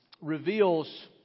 reveals